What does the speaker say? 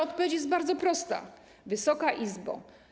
Odpowiedź jest bardzo prosta, Wysoka Izbo.